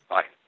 Bye